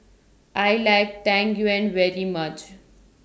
I like Tang Yuen very much